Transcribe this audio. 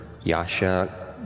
Yasha